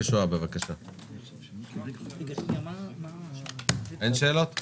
אני יודע כמה זמן לקח לי להכניס עובדת סוציאלית מטעם הרווחה